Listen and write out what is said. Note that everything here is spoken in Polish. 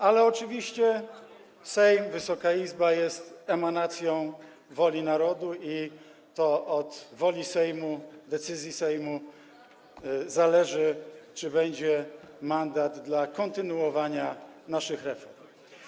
Ale oczywiście to Sejm, Wysoka Izba jest emanacją woli narodu i to od woli Sejmu, od decyzji Sejmu zależy, czy będzie mandat do kontynuowania naszych reform.